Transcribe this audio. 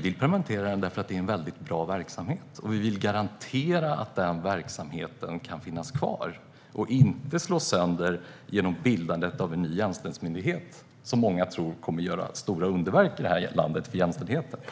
vi göra det eftersom verksamheten är bra. Vi vill garantera att denna verksamhet kan finnas kvar och inte slås sönder genom att man bildar en ny jämställdhetsmyndighet, som många tror kommer att göra stora underverk för jämställdheten i landet.